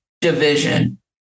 division